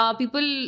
people